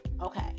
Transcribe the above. Okay